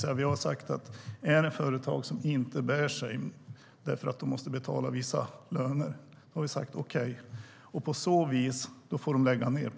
Är det ett företag som inte bär sig därför att de måste betala vissa löner har vi sagt: Okej, då får de lägga ned.